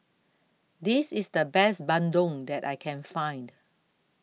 This IS The Best Bandung that I Can Find